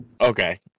Okay